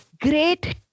great